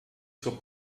zur